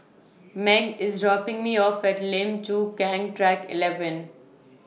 Meg IS dropping Me off At Lim Chu Kang Track eleven